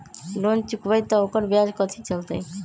Loan चुकबई त ओकर ब्याज कथि चलतई?